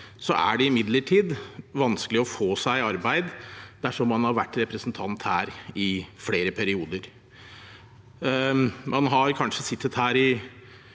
er det imidlertid vanskelig å få seg arbeid dersom man har vært representant her i flere perioder. Man har kanskje sittet her i